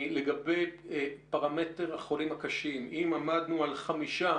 לגבי פרמטר החולים הקשים, אם עמדנו על חמישה